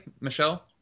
michelle